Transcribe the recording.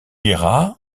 ira